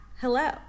hello